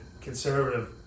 conservative